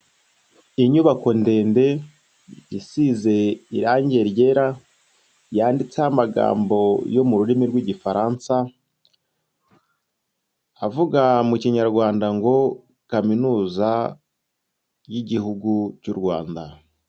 Inyubako ndende isize irange ryera, yanditseho amagambo yo mu rurimi rw'Igifaransa mu kinyarwanda ngo Kaminuza y'Igihugu cy'u Rwanda.